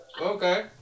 Okay